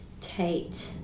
Tate